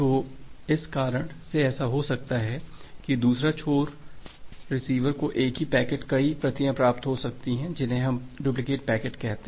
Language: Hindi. तो इस कारण से ऐसा हो सकता है कि दूसरे छोर पर रिसीवर को एक ही पैकेट की कई प्रतियाँ प्राप्त हो सकती हैं जिन्हें हम डुप्लिकेट पैकेट कहते हैं